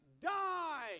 die